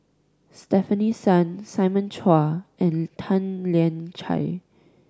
Stefanie Sun Simon Chua and Tan Lian Chye